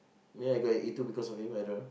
ya I got a A two because of him either